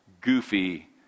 Goofy